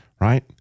right